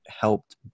helped